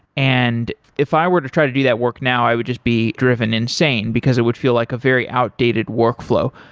and if i were to try to do that work now, i would just be driven insane, because it would feel like a very outdated workflow.